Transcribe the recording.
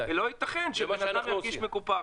לא ייתכן שבן אדם ירגיש מקופח.